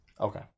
Okay